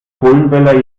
polenböller